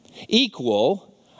equal